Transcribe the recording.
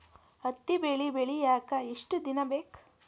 ಹತ್ತಿ ಬೆಳಿ ಬೆಳಿಯಾಕ್ ಎಷ್ಟ ದಿನ ಬೇಕ್?